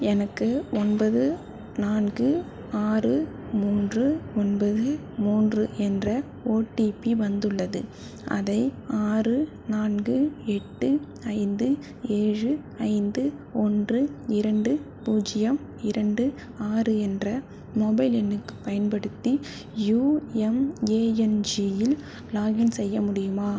எனக்கு ஒன்பது நான்கு ஆறு மூன்று ஒன்பது மூன்று என்ற ஓடிபி வந்துள்ளது அதை ஆறு நான்கு எட்டு ஐந்து ஏழு ஐந்து ஒன்று இரண்டு பூஜ்ஜியம் இரண்டு ஆறு என்ற மொபைல் எண்ணுக்குப் பயன்படுத்தி யுஎம்ஏஎன்ஜியில் லாகின் செய்ய முடியுமா